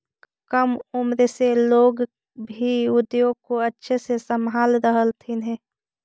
कम उम्र से लोग भी उद्योग को अच्छे से संभाल रहलथिन हे